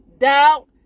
doubt